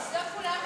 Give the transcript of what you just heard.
תגיד לו מתוק.